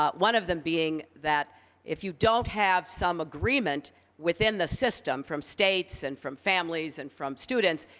ah one of them being that if you don't have some agreement within the system from states and from families and from students,